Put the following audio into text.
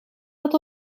dat